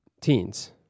teens